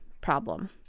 problem